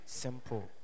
simple